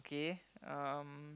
okay um